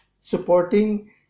supporting